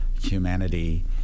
humanity